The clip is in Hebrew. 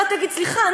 אתה תגיד: סליחה,